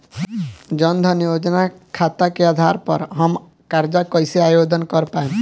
जन धन योजना खाता के आधार पर हम कर्जा कईसे आवेदन कर पाएम?